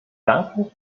danken